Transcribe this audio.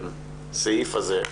הסעיף הזה,